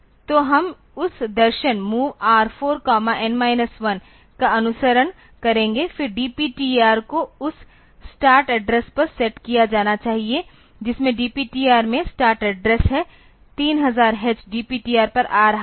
तो हम उस दर्शन MOV R4 N 1 का अनुसरण करेंगे फिर DPTR को उस स्टार्ट एड्रेस पर सेट किया जाना चाहिए जिसमें DPTR में स्टार्ट एड्रेस है 3000h DPTR पर आ रहा है